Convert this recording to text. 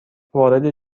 وارد